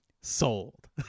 Sold